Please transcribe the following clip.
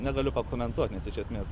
negaliu pakomentuot nes iš esmės